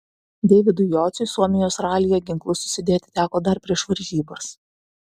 deividui jociui suomijos ralyje ginklus susidėti teko dar prieš varžybas